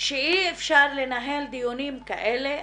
שאי אפשר לנהל דיונים כאלה.